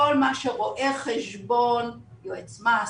כל מה שרואה חשבון, יועץ מס,